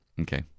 Okay